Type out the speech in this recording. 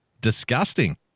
Disgusting